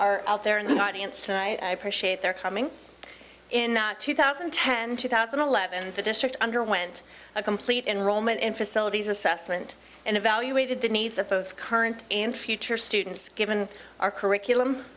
are out there in the audience tonight i appreciate their coming in two thousand and ten two thousand and eleven the district underwent a complete enrollment in facilities assessment and evaluated the needs of both current and future students given our curriculum